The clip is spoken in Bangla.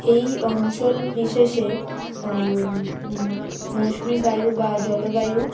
এই অঞ্চল বিশেষে মৌসুমি বায়ু বা জলবায়ু